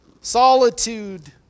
Solitude